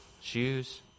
shoes